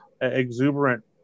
exuberant